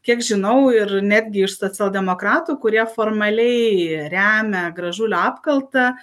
kiek žinau ir netgi iš socialdemokratų kurie formaliai remia gražulio apkaltą